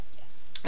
yes